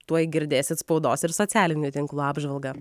tuoj girdėsit spaudos ir socialinių tinklų apžvalgą